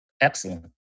Excellent